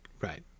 Right